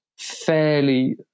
fairly